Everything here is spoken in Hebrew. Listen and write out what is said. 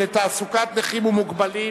לתעסוקת נכים ומוגבלים),